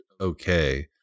okay